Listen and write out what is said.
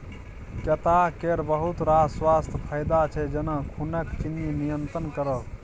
कैता केर बहुत रास स्वास्थ्य फाएदा छै जेना खुनक चिन्नी नियंत्रण करब